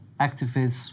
activists